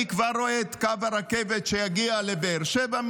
אני כבר רואה את קו הרכבת שיגיע לבאר שבע,